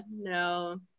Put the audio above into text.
no